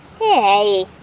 Hey